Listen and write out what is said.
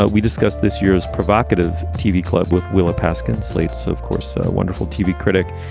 ah we discussed this year's provocative tv club with willa paskin. slate's, of course, wonderful tv critic.